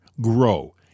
grow